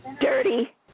Dirty